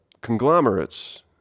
conglomerates